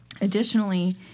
Additionally